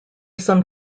some